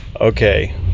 Okay